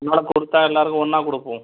அதனால் கொடுத்தா எல்லோருக்கும் ஒன்றா கொடுப்போம்